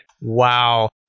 Wow